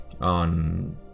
on